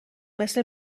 مثل